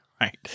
right